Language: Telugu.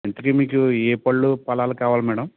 ఇంతకీ మీకు ఏ పళ్ళు ఫలాలు కావాలి మేడం